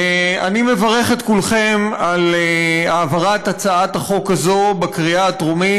אני מברך את כולכם על העברת הצעת החוק הזאת בקריאה טרומית.